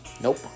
Nope